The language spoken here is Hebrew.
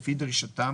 לפי דרישתם,